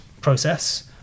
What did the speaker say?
process